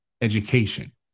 education